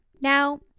Now